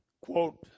quote